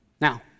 Now